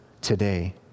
today